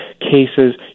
cases